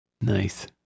nice